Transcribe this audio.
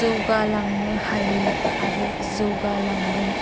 जौगालांनो हायो आरो जौगालांगोन